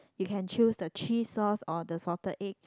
you can choose the cheese sauce or the salted egg